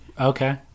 Okay